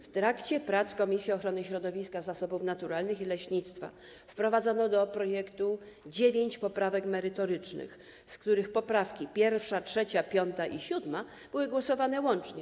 W trakcie prac Komisji Ochrony Środowiska, Zasobów Naturalnych i Leśnictwa wprowadzono do projektu dziewięć poprawek merytorycznych, z których poprawki 1., 3., 5., i 7. były głosowane łącznie.